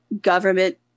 government